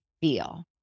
feel